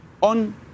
on